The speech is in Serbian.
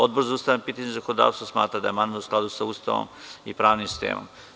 Odbor za ustavna pitanja i zakonodavstvo smatra da je amandman u skladu sa Ustavom i pravnim sistemom.